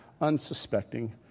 unsuspecting